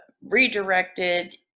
redirected